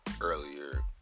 earlier